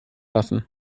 lassen